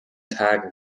tage